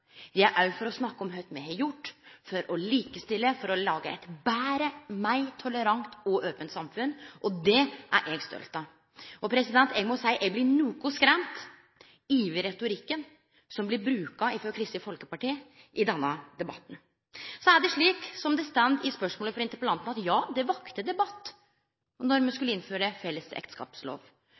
Det er òg for å snakke om kva me har gjort for å likestille, for å lage eit betre, meir tolerant og ope samfunn. Det er eg stolt av. Eg må seie at eg blir litt skremt over retorikken Kristeleg Folkeparti brukar i denne debatten. Så er det slik, som det står i spørsmålet frå interpellanten, at det vekte debatt då me skulle innføre felles